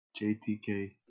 JTK